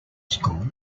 school